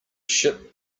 ship